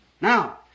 Now